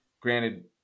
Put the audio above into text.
Granted